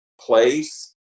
place